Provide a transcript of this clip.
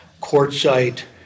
quartzite